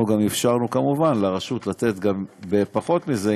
אנחנו אפשרנו כמובן לרשות לתת גם בפחות מזה,